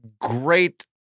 great